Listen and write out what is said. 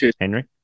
Henry